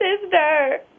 sister